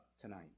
tonight